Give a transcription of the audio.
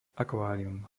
akvárium